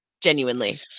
genuinely